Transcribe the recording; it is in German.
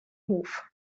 hof